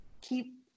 keep